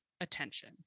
attention